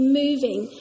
moving